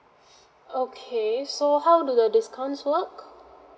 okay so how do the discount works